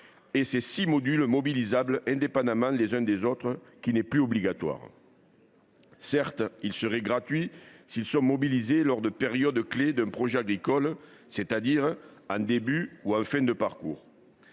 avec ses six modules mobilisables indépendamment les uns des autres, n’est plus obligatoire. Certes, ces derniers seraient gratuits en cas de mobilisation lors de périodes clés d’un projet agricole, c’est à dire en début ou en fin de parcours.